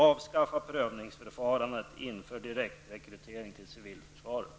Avskaffa prövningsförfarandet och inför direktrekrytering till civilförsvaret!